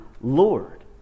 Lord